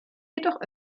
jedoch